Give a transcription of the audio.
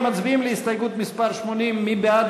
אם כן, אנחנו מצביעים על הסתייגות מס' 80. מי בעד